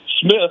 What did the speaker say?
Smith